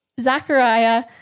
Zechariah